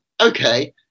okay